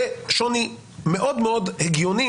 זה שוני מאוד מאוד הגיוני.